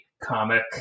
comic